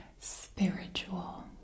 spiritual